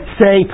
say